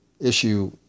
issue